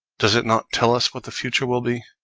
does it not tell us what the future will be?